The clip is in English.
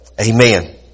Amen